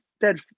dead